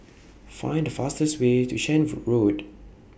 Find The fastest Way to Shenvood Road